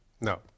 No